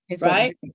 right